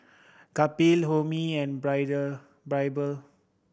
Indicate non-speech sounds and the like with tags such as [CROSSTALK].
Kapil Homi and [UNINTELLIGIBLE] Birbal